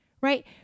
right